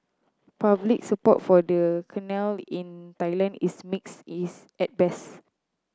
public support for the canal in Thailand is mixed is at best